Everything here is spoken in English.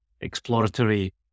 exploratory